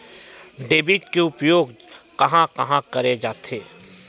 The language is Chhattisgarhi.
डेबिट के उपयोग कहां कहा करे जाथे?